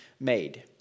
made